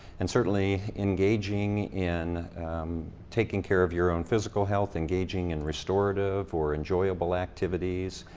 and certainly engaging in taking care of your own physical health, engaging in restorative or enjoyable activities,